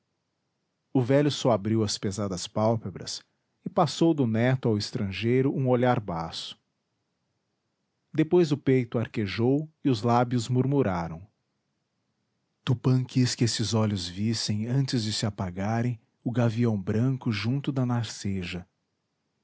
o velho soabriu as pesadas pálpebras e passou do neto ao estrangeiro um olhar baço depois o peito arquejou e os lábios murmuraram tupã quis que estes olhos vissem antes de se apagarem o gavião branco junto da narceja